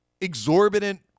exorbitant